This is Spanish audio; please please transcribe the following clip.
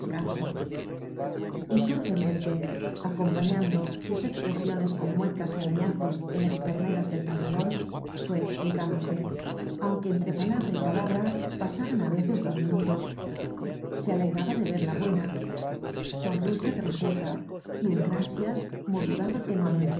torpemente acompañando sus expre siones con muecas y arañazos en las perneras del pantalón fué explicándose aunque entre palabra y palabra pasaban á veces dos minutos se alegraba de verla buena sonrisa de ro seta y un grasies murmurado